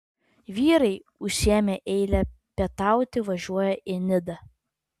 vyrai užsiėmę eilę pietauti važiuoja į nidą